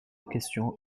question